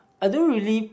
I don't really